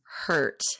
hurt